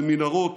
במנהרות,